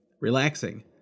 relaxing